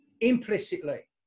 implicitly